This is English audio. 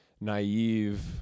naive